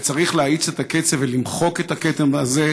וצריך להאיץ את הקצב ולמחוק את הכתם הזה,